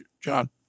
John